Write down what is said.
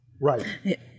Right